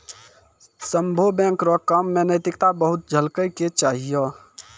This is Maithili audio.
सभ्भे बैंक रो काम मे नैतिकता बहुते झलकै के चाहियो